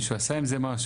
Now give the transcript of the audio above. מישהו עשה עם זה משהו?